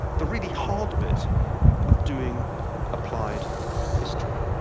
the really hard bit of doing applied history.